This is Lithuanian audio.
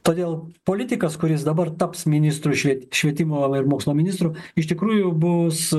todėl politikas kuris dabar taps ministru švie švietimo ir mokslo ministru iš tikrųjų bus